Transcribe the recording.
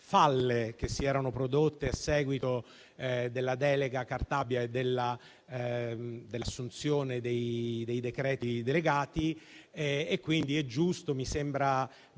che si erano prodotte a seguito della delega Cartabia e dell'assunzione dei decreti delegati. Quindi, per i reati